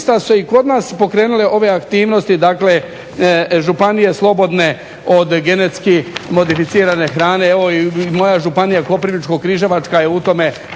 su se i kod nas pokrenule ove aktivnosti dakle županije slobodne od GMO hrane. Evo i moja županija Koprivničko-križevačka je u tome